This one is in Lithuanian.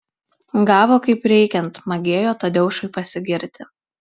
gavo kaip reikiant magėjo tadeušui pasigirti